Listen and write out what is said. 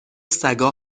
سگا